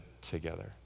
together